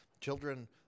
Children